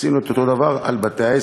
עשינו את אותו דבר על בתי-העסק,